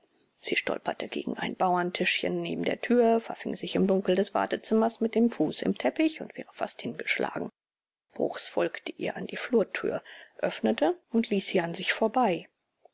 sie stolperte gegen ein bauerntischchen neben der tür verfing sich im dunkel des wartezimmers mit dem fuß im teppich und wäre fast hingeschlagen bruchs folgte ihr an die flurtür öffnete und ließ sie an sich vorbei